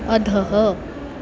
अधः